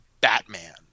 Batman